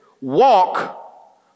walk